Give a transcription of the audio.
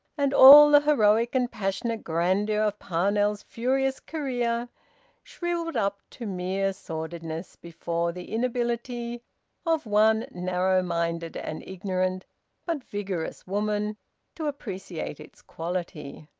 and all the heroic and passionate grandeur of parnell's furious career shrivelled up to mere sordidness before the inability of one narrow-minded and ignorant but vigorous woman to appreciate its quality.